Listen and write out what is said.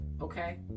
Okay